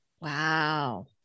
Wow